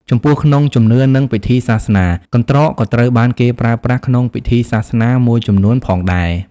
ចំពោះក្នុងជំនឿ និងពិធីសាសនា កន្ត្រកក៏ត្រូវបានគេប្រើប្រាស់ក្នុងពិធីសាសនាមួយចំនួនផងដែរ។